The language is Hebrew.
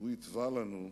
הוא התווה לנו,